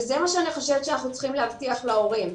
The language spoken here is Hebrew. וזה מה שאני חושבת שאנחנו צריכים להבטיח להורים,